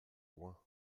loin